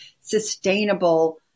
sustainable